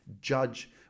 judge